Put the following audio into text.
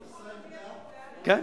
לא,